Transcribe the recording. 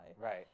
Right